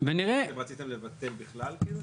אתם רציתם לבטל בכלל?